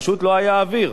פשוט לא היה אוויר.